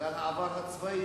בגלל העבר הצבאי.